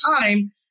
time